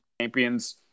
champions